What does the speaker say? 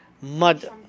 mud